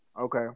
Okay